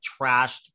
trashed